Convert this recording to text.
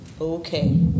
Okay